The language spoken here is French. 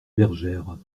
bergère